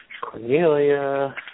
Cornelia